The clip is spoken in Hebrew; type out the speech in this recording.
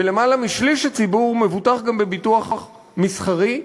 ולמעלה משליש הציבור מבוטח גם בביטוח מסחרי,